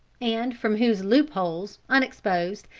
and from whose loop-holes, unexposed,